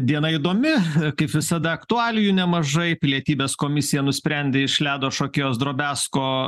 diena įdomi kaip visada aktualijų nemažai pilietybės komisija nusprendė iš ledo šokėjos drobesko